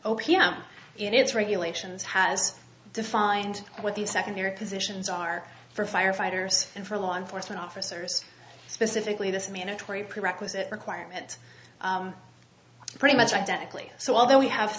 p m in its regulations has defined what the second their positions are for firefighters and for law enforcement officers specifically this mandatory prerequisite requirement pretty much identically so although we have